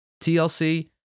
TLC